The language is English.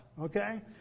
okay